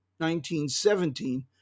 1917